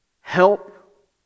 help